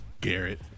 Garrett